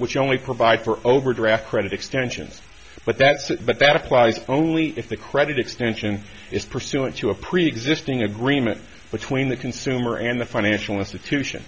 which only provide for overdraft credit extensions but that's it but that applies only if the credit extension is pursuant to a preexisting agreement between the consumer and the financial institution